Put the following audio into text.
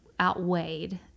outweighed